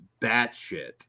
batshit